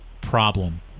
problem